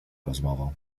rozmową